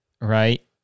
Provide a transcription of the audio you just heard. right